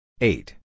Eight